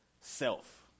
self